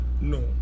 No